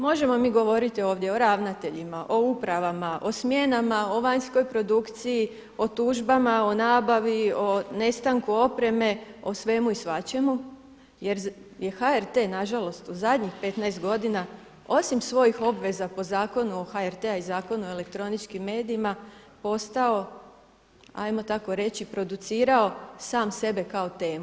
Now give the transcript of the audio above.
Možemo mi govoriti ovdje o ravnateljima, o upravama, o smjenama, o vanjskoj produkciji, o tužbama, o nabavi, o nestanku opreme, o svemu i svačemu jer je HRT-e na žalost u zadnjih 15 godina osim svojih obveza po Zakonu o HRT-u i Zakonu o elektroničkim medijima postao hajmo tako reći producirao sam sebe kao temu.